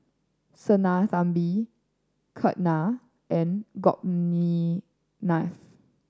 Sinnathamby Ketna and Gopinath